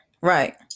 right